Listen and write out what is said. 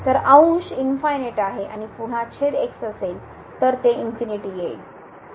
तर अंश आहे आणि पुन्हा छेद x असेल तर ते येईल